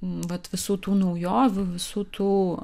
vat visų tų naujovių visų tų